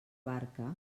barca